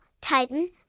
Titan